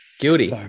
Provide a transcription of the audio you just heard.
Guilty